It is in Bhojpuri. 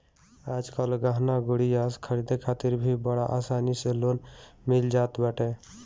आजकल गहना गुरिया खरीदे खातिर भी बड़ा आसानी से लोन मिल जात बाटे